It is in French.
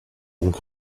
donc